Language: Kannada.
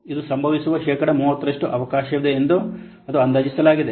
ಇದು ಸಂಭವಿಸುವ ಶೇಕಡಾ 30 ರಷ್ಟು ಅವಕಾಶವಿದೆ ಎಂದು ಅದು ಅಂದಾಜಿಸಲಾಗಿದೆ